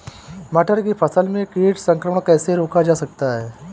मटर की फसल में कीट संक्रमण कैसे रोका जा सकता है?